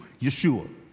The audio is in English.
Yeshua